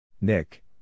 Nick